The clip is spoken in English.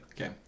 Okay